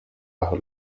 bajo